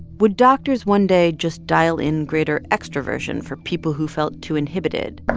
would doctors one day just dial in greater extroversion for people who felt too inhibited?